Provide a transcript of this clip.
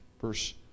Verse